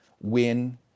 win